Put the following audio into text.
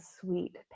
sweet